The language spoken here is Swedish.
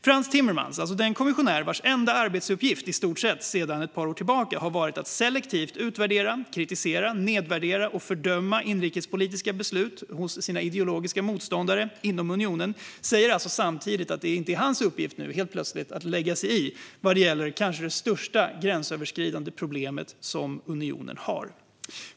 Frans Timmermans, alltså den kommissionär vars i stort sett enda arbetsuppgift sedan ett par år tillbaka har varit att selektivt utvärdera, kritisera, nedvärdera och fördöma inrikespolitiska beslut hos sina ideologiska motståndare inom unionen, säger alltså samtidigt att det inte är hans uppgift, helt plötsligt, att lägga sig i det kanske största gränsöverskridande problem som unionen har.